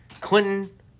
Clinton